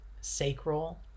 sacral